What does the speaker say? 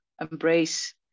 embrace